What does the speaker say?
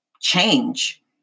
change